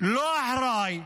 לא אחראי,